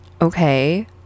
Okay